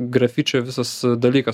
grafičio visas dalykas